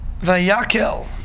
Vayakel